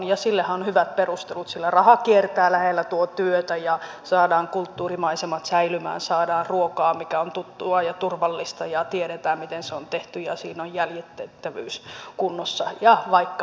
ja sillehän on hyvät perustelut sillä raha kiertää lähellä tuo työtä ja saadaan kulttuurimaisemat säilymään saadaan ruokaa joka on tuttua ja turvallista ja tiedetään miten se on tehty ja siinä on jäljitettävyys kunnossa ja vaikka mitä muuta